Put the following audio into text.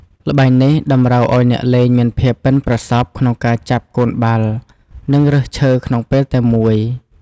ល្បែងនេះតម្រូវឲ្យអ្នកលេងមានភាពប៉ិនប្រសប់ក្នុងការចាប់កូនបាល់ និងរើសឈើក្នុងពេលតែមួយ។